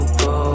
go